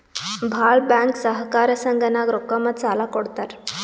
ಭಾಳ್ ಬ್ಯಾಂಕ್ ಸಹಕಾರ ಸಂಘನಾಗ್ ರೊಕ್ಕಾ ಮತ್ತ ಸಾಲಾ ಕೊಡ್ತಾರ್